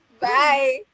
Bye